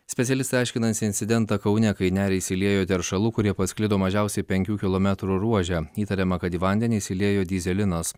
specialistai aiškinasi incidentą kaune kai į nerį išsiliejo teršalų kurie pasklido mažiausiai penkių kilometrų ruože įtariama kad į vandenį išsiliejo dyzelinas